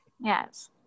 Yes